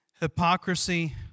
hypocrisy